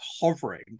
hovering